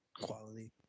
quality